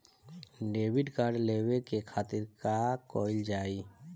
Debit card लेवे के खातिर का कइल जाइ?